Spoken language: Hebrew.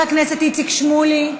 חבר הכנסת איציק שמולי,